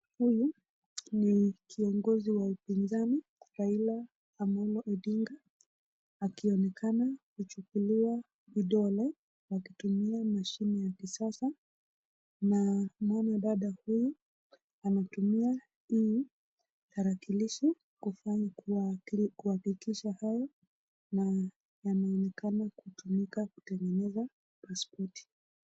Hii ni kiongozi wa upinzani Raila Amollo Odinga. Akionekana kuchukuliwa vidole wakitumia mashine ya kisasa, naona dada huyu anatumia hii tarakilishi kuhakikisha kuwa yanaonekana kutumika kutengeza paspoti.